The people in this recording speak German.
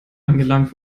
angelangt